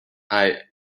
eye